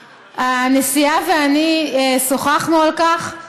הנשיאה ואני שוחחנו על כך,